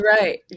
right